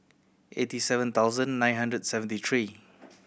eighty seven thousand nine hundred seventy three